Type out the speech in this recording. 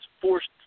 forced